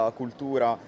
cultura